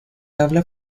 habla